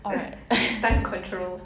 time control